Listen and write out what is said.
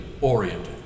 oriented